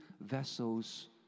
vessels